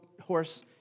horse